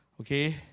Okay